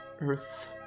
earth